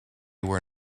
were